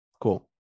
cool